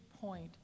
point